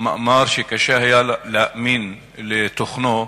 מאמר שקשה היה להאמין לתוכנו,